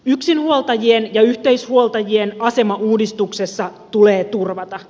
yksinhuoltajien ja yhteishuoltajien asema uudistuksessa tulee turvata